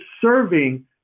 serving